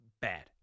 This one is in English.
bad